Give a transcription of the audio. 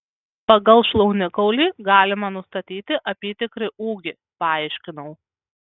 pagal šlaunikaulį galima nustatyti apytikrį ūgį paaiškinau